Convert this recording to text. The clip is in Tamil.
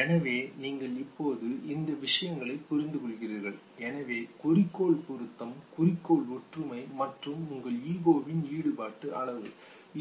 எனவே நீங்கள் இப்போது இந்த விஷயங்களைப் புரிந்துகொள்கிறீர்கள் எனவே குறிக்கோள் பொருத்தம் குறிக்கோள் ஒற்றுமை மற்றும் உங்கள் ஈகோவின் ஈடுபாட்டின் அளவு